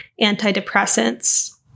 antidepressants